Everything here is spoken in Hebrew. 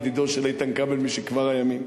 ידידו של איתן כבל משכבר הימים,